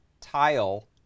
tile